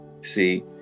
see